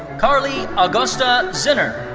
carly augusta zinner.